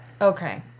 Okay